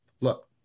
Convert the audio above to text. Look